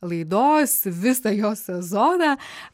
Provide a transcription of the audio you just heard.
laidos visą jos sezoną